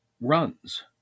runs